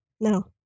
No